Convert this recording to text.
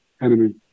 enemy